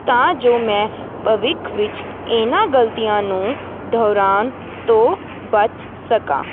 ਤਾਂ ਜੋ ਮੈਂ ਭਵਿੱਖ ਵਿੱਚ ਇਹਨਾਂ ਗਲਤੀਆਂ ਨੂੰ ਦੁਹਰਾਉਣ ਤੋਂ ਬਚ ਸਕਾਂ ਇਹ